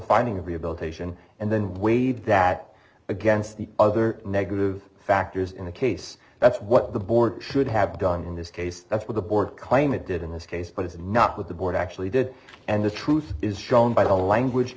finding of rehabilitation and then weighed that against the other negative factors in the case that's what the board should have done in this case with the board claim it did in this case but is not with the board actually did and the truth is shown by the language